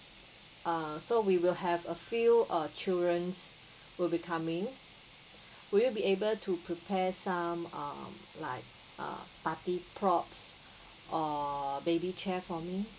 uh so we will have a few uh children will be coming will you be able to prepare some uh like uh party props or baby chair for me